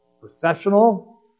processional